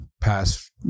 past